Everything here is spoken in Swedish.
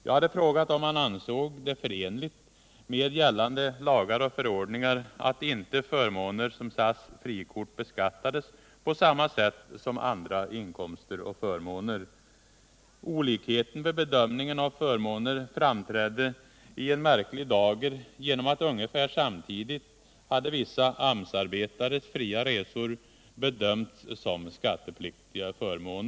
Jag hade frågat om han ansåg det förenligt med gällande lagar och förordningar att förmåner som SAS frikort inte beskattades på samma sätt som andra inkomster och förmåner. Olikheten i bedömningen av förmåner framträdde i en märklig dager genom att ungefär samtidigt vissa AMS-arbetares fria resor hade bedömts som skattepliktig förmån.